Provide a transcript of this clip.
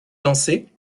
danser